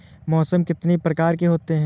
मौसम कितनी प्रकार के होते हैं?